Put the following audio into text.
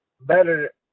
better